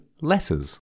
letters